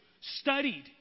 studied